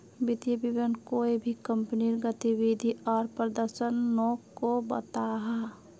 वित्तिय विवरण कोए भी कंपनीर गतिविधि आर प्रदर्शनोक को बताहा